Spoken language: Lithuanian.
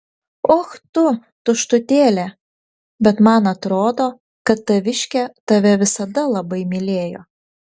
och tu tuštutėlė bet man atrodo kad taviškė tave visada labai mylėjo